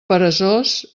peresós